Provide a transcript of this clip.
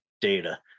data